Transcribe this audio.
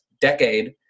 decade